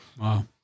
Wow